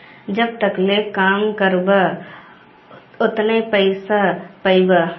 जब तकले काम करबा ओतने पइसा पइबा